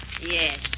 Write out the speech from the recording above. Yes